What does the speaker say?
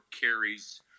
carries